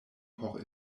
por